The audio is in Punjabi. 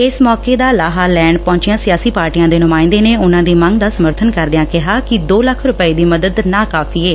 ਇਸ ਮੌਕੇ ਦਾ ਲਾਹਾ ਲੈਣ ਪਹੁੰਚੀਆਂ ਸਿਆਸੀ ਪਾਰਟੀਆਂ ਦੇ ਨੁਮਾਂਇੰਦਿਆਂ ਨੇ ਉਨੁਾਂ ਦੀ ਮੰਗ ਦਾ ਸਮਰਥਨ ਕਰਦਿਆਂ ਕਿਹਾ ਕਿ ਦੋ ਲੱਖ ਰੁਪੈ ਦੀ ਮਦਦ ਨਾ ਕਾਫੀ ਏ